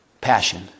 passion